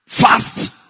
fast